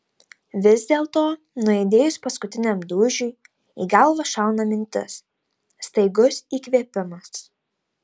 vis dėlto nuaidėjus paskutiniam dūžiui į galvą šauna mintis staigus įkvėpimas